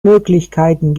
möglichkeiten